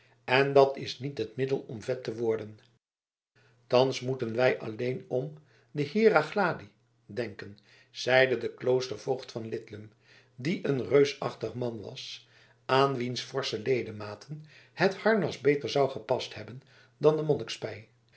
en dat is niet het middel om vet te worden thans moeten wij alleen om de hiera gladii denken zeide de kloostervoogd van lidlum die een reusachtig man was aan wiens forsche ledematen het harnas beter zou gepast hebben dan de monnikspij